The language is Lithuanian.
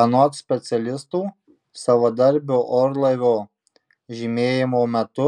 anot specialistų savadarbio orlaivio žemėjimo metu